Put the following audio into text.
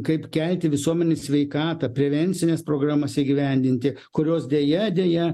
kaip kelti visuomenės sveikatą prevencines programas įgyvendinti kurios deja deja